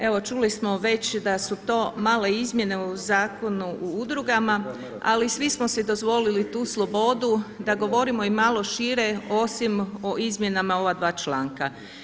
Evo čuli smo već da su to male izmjene u Zakonu o udrugama ali svi smo si dozvolili tu slobodu da govorimo i malo šire osim o izmjenama ova dva članka.